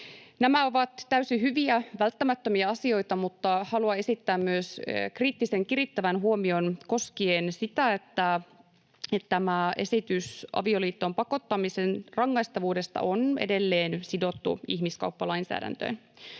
Nämä ovat täysin hyviä, välttämättömiä asioita, mutta haluan esittää myös kriittisen, kirittävän huomion koskien sitä, että tämä esitys avioliittoon pakottamisen rangaistavuudesta on edelleen sidottu ihmiskauppalainsäädäntöön.